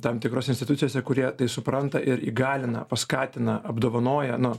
tam tikrose institucijose kurie tai supranta ir įgalina paskatina apdovanoja na